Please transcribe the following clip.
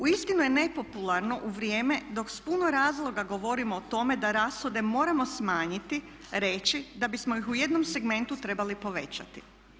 Uistinu je nepopularno u vrijeme dok s puno razloga govorimo o tome da rashode moramo smanjiti, reći da bismo ih u jednom segmentu trebali povećati.